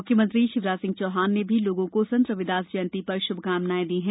मुख्यमंत्री शिवराज सिंह चौहान ने भी लोगों को संत रविदास जयंती पर शुभकामनाएं दी हैं